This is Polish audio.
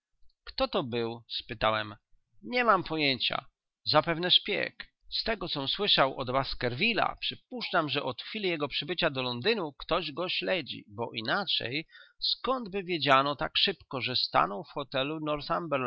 kto to był spytałem nie mam pojęcia zapewne szpieg z tego com słyszał od baskervilla przypuszczam że od chwili jego przybycia do londynu ktoś go śledzi bo inaczej skądby wiedziano tak szybko że stanął w hotelu northumberland